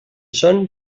son